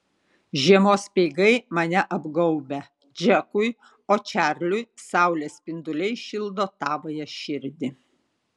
žiemos speigai mane apgaubia džekui o čarliui saulės spinduliai šildo tavąją širdį